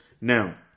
Now